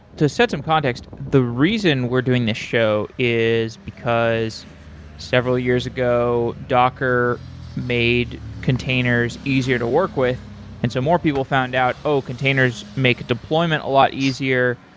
to set some context, the reason we're doing this show is because several years ago, docker made containers easier to work with and so more people found out, oh containers make deployment a lot easier,